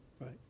Right